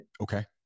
okay